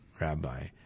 rabbi